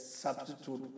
substitute